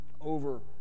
over